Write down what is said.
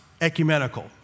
ecumenical